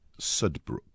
Sudbrook